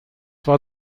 war